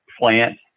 plant